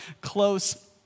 close